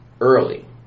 early